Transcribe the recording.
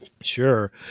Sure